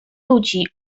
ludzi